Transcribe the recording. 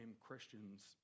Christians